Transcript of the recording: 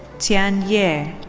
tian ye.